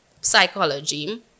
psychology